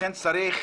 לכן צריך,